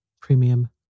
Premium